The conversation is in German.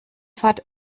fahrt